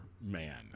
man